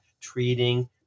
treating